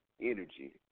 energy